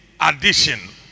addition